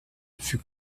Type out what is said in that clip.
fut